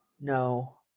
No